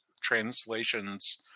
translations